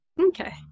Okay